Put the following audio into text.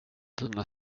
dina